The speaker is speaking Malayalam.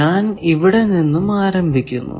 ഞാൻ ഇവിടെ നിന്നും ആരംഭിക്കുന്നു